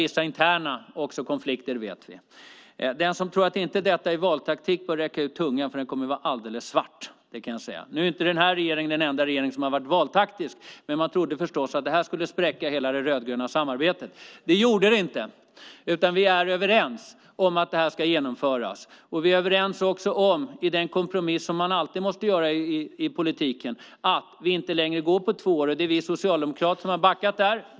Vi vet att det också har varit vissa interna konflikter. Den som tror att detta inte är valtaktik bör räcka ut tungan, för den kommer att vara alldeles svart. Nu är inte den här regeringen den enda regering som har varit valtaktisk, men man trodde förstås att det här skulle spräcka hela det rödgröna samarbetet. Det gjorde det inte, utan vi är överens om att det här ska genomföras. Vi är också överens om, i den kompromiss som man alltid måste göra i politiken, att vi inte längre går på två år. Det är vi socialdemokrater som har backat där.